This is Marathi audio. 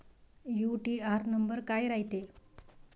यू.टी.आर नंबर काय रायते?